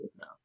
now